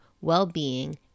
well-being